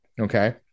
okay